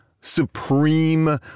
supreme